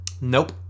nope